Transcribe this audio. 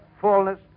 fullness